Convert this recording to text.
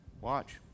Watch